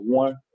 one